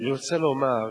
ואני רוצה לומר,